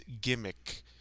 gimmick